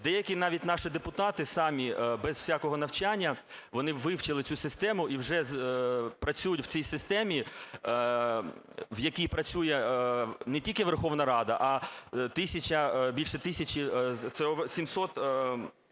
Деякі навіть наші депутати самі, без всякого навчання, вони вивчили цю систему і вже працюють в цій системі, в якій працює не тільки Верховна Рада, а більше тисячі, 700 центральних